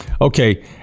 Okay